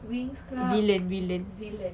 winx club villain